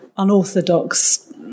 unorthodox